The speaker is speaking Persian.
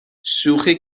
شوخی